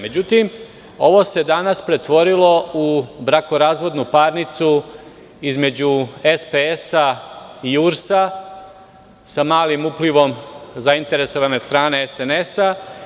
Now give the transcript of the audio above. Međutim, ovo se danas pretvorilo u brakorazvodnu parnicu između SPS i URS, sa malim uplivom zainteresovane strane SNS.